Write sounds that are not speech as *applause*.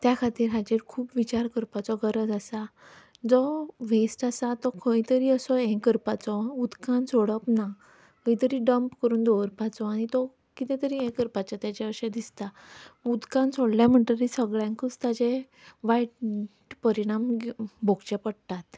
त्या खातीर हाचेर खूब विचार करपाचो गरज आसा जो वेस्ट आसा तो खंय तरी असो हें करपाचो उदकांत सोडप ना खंय तरी डंप करून दवरपाचो आनी तो कितें तरी हें करपाचें तेचें अशें दिसता उदकांत सोडलें म्हणटकीच सगळ्यांकूच ताचें वायट परिणाम *unintelligible* भोगचे पडटात